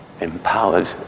empowered